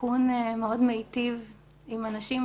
התיקון מאוד מיטיב עם אנשים,